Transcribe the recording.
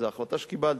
זו החלטה שקיבלתי.